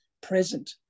present